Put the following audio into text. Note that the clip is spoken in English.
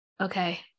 okay